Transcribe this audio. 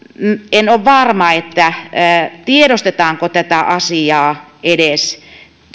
en ole varma tiedostetaanko tätä asiaa edes